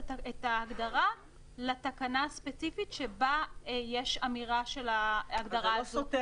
ההגדרה לתקנה הספציפית שבה יש אמירה של ההגדרה הזו.